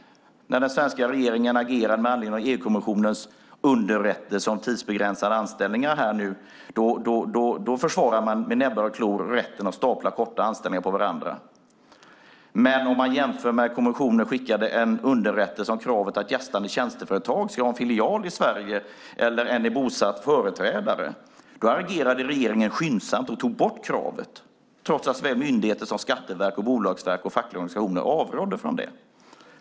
När den svenska regeringen nu agerar med anledning av EU-kommissionens underrättelse om tidsbegränsade anställningar försvarar man med näbbar och klor rätten att stapla korta anställningar på varandra. Men man kan jämföra med när kommissionen skickade en underrättelse om kravet att gästande tjänsteföretag ska ha en filial i Sverige eller en bosatt företrädare. Då agerade regeringen skyndsamt och tog bort kravet, trots att såväl myndigheter som Skatteverket, Bolagsverket och fackliga organisationer avrådde från det.